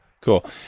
cool